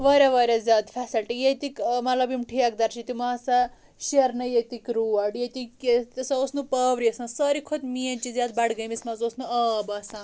واریاہ واریاہ زیادٕ فیسلٹی ییٚتِکۍ مطلب یِم ٹھیکدر چھِ تِمو ہسا شیہرنٲے ییٚتِکۍ روڈ ییٚتِکۍ کینٛہہ تہِ اسہِ اوس نہٕ پاورٕے آسان ساروی کھۄتہٕ مین چیٖز یَتھ بڈگٲمِس منٛز ییٚتہِ اوس نہٕ آب آسان